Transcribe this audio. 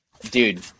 Dude